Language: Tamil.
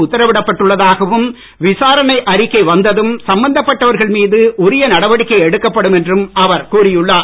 உத்தரவிடப்பட்டுள்ளதாகவும் விசாரணைக்கு அறிக்கை வந்ததும் சம்பந்தபட்டவர்கள் மீது உரிய நடவடிக்கை எடுக்கப்படும் என்றும் அவர் கூறியுள்ளார்